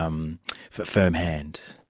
um firm hand.